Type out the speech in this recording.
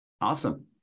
Awesome